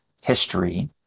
history